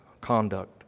conduct